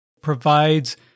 provides